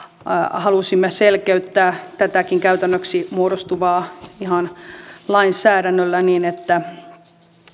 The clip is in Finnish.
halusimme selkeyttää tätäkin käytännöksi muodostuvaa ihan lainsäädännöllä niin että